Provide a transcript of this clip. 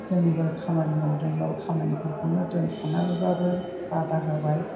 जोंबो खामानि मावदोंब्लाबो खामानिफोरखौनो दोनथ'नानैबाबो बादा होबाय